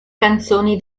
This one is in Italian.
canzoni